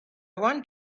want